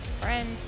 Friend